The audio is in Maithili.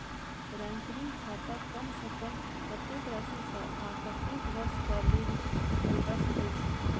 रैकरिंग खाता कम सँ कम कत्तेक राशि सऽ आ कत्तेक वर्ष कऽ लेल खोलबा सकय छी